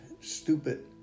stupid